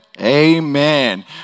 amen